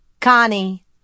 Connie